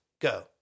go